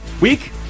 Week